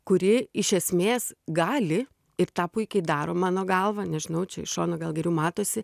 kuri iš esmės gali ir tą puikiai daro mano galva nežinau čia iš šono gal geriau matosi